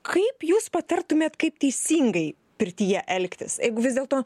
kaip jūs patartumėt kaip teisingai pirtyje elgtis jeigu vis dėlto